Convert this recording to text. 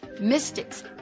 mystics